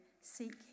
seek